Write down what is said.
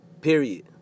Period